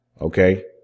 Okay